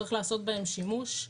צריך לעשות בהם שימוש.